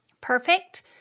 Perfect